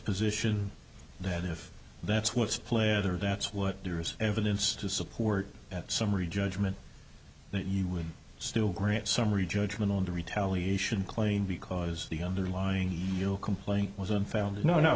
position that if that's what's pleather that's what there is evidence to support that summary judgment that you would still grant summary judgment on the retaliation claim because the underlying complaint was unfounded no no